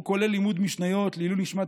הוא כולל לימוד משניות לעילוי נשמת